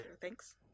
thanks